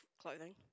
clothing